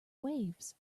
waves